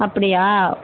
அப்படியா